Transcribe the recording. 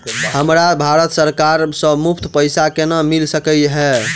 हमरा भारत सरकार सँ मुफ्त पैसा केना मिल सकै है?